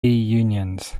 unions